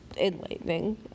enlightening